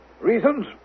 Reasons